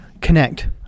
Connect